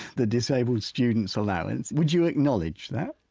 the disabled students' allowance would you acknowledge that?